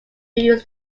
use